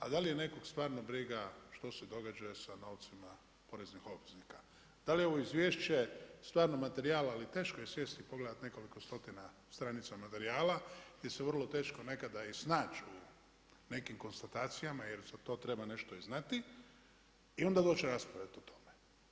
A da li je nekog stvarno briga što se događa sa novcima poreznih obveznika, da li je ovo izvješće stvarno materijal, ali teško je sjesti i pogledati nekoliko stotina stranica materijala, jer se vrlo teško nekada i snaći u nekim konstatacijama jer za to treba nešto i znati i onda doći raspravljati o tome.